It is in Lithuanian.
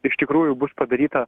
iš tikrųjų bus padaryta